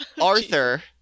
Arthur